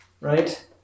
right